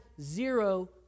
zero